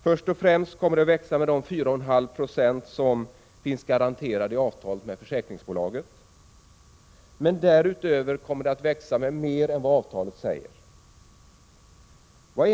Först och främst kommer det att växa med de 4,5 90 som är garanterade i avtalet med försäkringsbolaget, men därutöver kommer det att växa med mer än vad som sägs i avtalet.